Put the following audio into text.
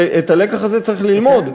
ואת הלקח הזה צריך ללמוד.